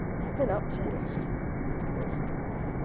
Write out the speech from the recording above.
eben upton. worst person in the world.